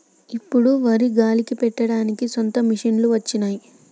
ఇప్పుడు వరి గాలికి పట్టడానికి సొంత మిషనులు వచ్చినాయి